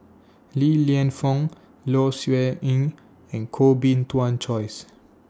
Li Lienfung Low Siew Nghee and Koh Bee Tuan Joyce